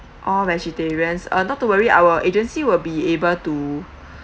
all vegetarians uh not to worry our agency will be able to